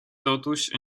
totuși